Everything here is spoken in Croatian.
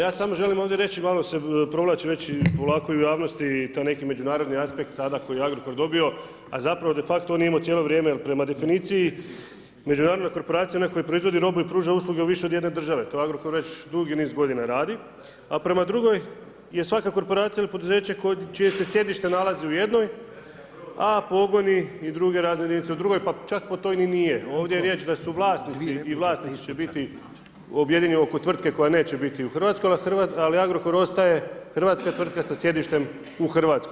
Pa ja samo želim ovdje reći, malo se provlači već polako i u javnosti taj neki međunarodni aspekt sada koji je Agrokor dobio a zapravo de facto on je imao cijelo vrijeme jer prema definiciji, međunarodna korporacija je ona koja proizvodi robu i pruža usluge u više od jedne države, to Agrokor već dugi niz godina radi a prema drugoj je svaka korporacija ili poduzeće čije se sjedište nalazi u jednoj a pogoni i druge razne jedinice u drugoj pa čak to toj ni nije, ovdje riječ da su vlasnici i vlasnik će biti objedinjeni oko tvrtke koja neće biti u Hrvatskoj ali Agrokor ostaje hrvatska tvrtka sa sjedištem u Hrvatskoj.